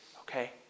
okay